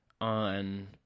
on